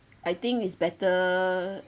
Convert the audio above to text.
I think it's better